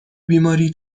بیماری